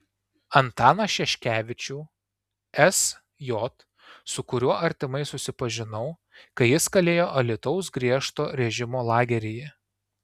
antaną šeškevičių sj su kuriuo artimai susipažinau kai jis kalėjo alytaus griežto režimo lageryje